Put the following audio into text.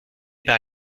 par